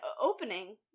opening